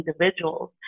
individuals